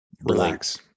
Relax